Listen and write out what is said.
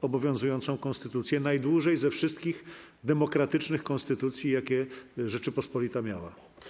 obowiązującą konstytucję, najdłużej obowiązującą ze wszystkich demokratycznych konstytucji, jakie Rzeczpospolita miała.